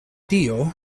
tio